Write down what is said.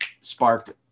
sparked